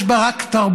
יש בה רק תרבות,